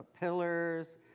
pillars